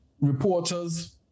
reporters